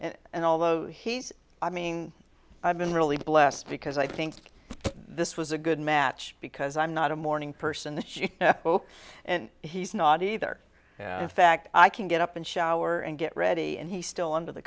sadly and although he's i mean i've been really blessed because i think this was a good match because i'm not a morning person and he's not either in fact i can get up and shower and get ready and he still under the